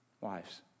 wives